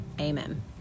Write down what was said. Amen